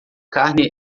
carne